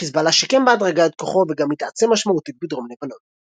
חזבאללה שיקם בהדרגה את כוחו וגם התעצם משמעותית בדרום לבנון.